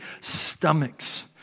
stomachs